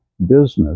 business